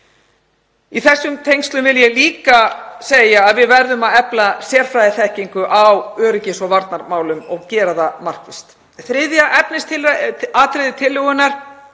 Í þessum tengslum vil ég líka segja að við verðum að efla sérfræðiþekkingu á öryggis- og varnarmálum og gera það markvisst. Þriðja atriði tillögunnar